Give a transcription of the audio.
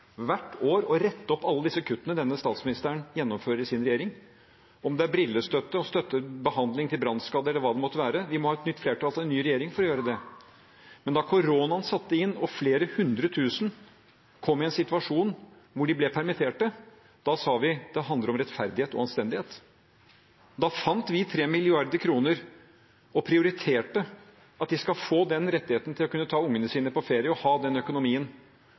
hvert år å rette opp alle disse kuttene denne statsministeren gjennomfører i sin regjering, om det er brillestøtte og behandling til brannskadde, eller hva det måtte være. Vi må ha et nytt flertall for en ny regjering for å gjøre det. Da koronaen satte inn og flere hundre tusen kom i en situasjon der de ble permittert, sa vi: Det handler om rettferdighet og anstendighet. Da fant vi 3 mrd. kr og prioriterte at de skal få den rettigheten å kunne ta barna sine med på ferie og ha